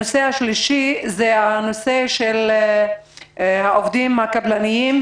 הנושא השלישי הוא העובדים הקבלניים,